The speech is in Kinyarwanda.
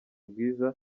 bwiza